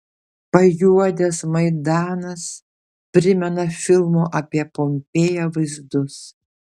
pajuodęs maidanas primena filmo apie pompėją vaizdus